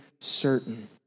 certain